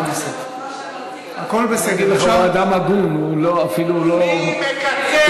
תודה לחבר הכנסת, תבוא עם נתונים, לא עם ססמאות.